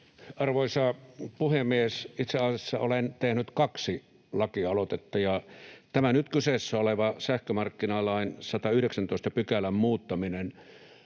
Arvoisa puhemies! Itse asiassa olen tehnyt kaksi lakialoitetta, ja tämä nyt kyseessä oleva sähkömarkkinalain 119 §:n muuttaminen